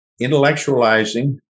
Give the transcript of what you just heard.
Intellectualizing